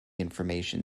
information